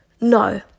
No